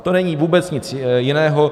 To není vůbec nic jiného.